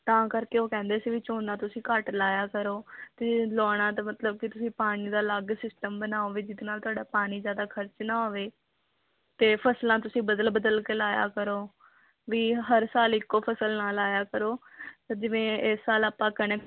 ਤਾਂ ਕਰਕੇ ਉਹ ਕਹਿੰਦੇ ਸੀ ਵੀ ਝੋਨਾ ਤੁਸੀਂ ਘੱਟ ਲਾਇਆ ਕਰੋ ਅਤੇ ਲਾਉਣਾ ਤਾਂ ਮਤਲਬ ਕਿ ਤੁਸੀਂ ਪਾਣੀ ਦਾ ਅਲੱਗ ਸਿਸਟਮ ਬਣਾਓ ਵੀ ਜਿਹਦੇ ਨਾਲ ਤੁਹਾਡਾ ਪਾਣੀ ਜ਼ਿਆਦਾ ਖਰਚ ਨਾ ਹੋਵੇ ਅਤੇ ਫਸਲਾਂ ਤੁਸੀਂ ਬਦਲ ਬਦਲ ਕੇ ਲਾਇਆ ਕਰੋ ਵੀ ਹਰ ਸਾਲ ਇੱਕੋ ਫਸਲ ਨਾ ਲਾਇਆ ਕਰੋ ਜਿਵੇਂ ਇਸ ਸਾਲ ਆਪਾਂ ਕਣਕ